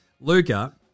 Luca